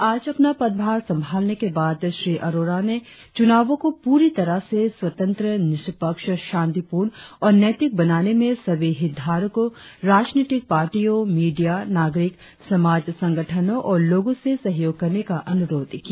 आज अपना पदभार संभालने के बाद श्री अरोड़ा ने चुनावों को पूरी तरह से स्वतंत्र निष्पक्ष शांतिपूर्ण और नैतिक बनाने में सभी हितधारको राजनीतिक पार्टियो मीडिया नागरिक समाज संगठनो और लोगो से सहयोग करने का अनुरोध किया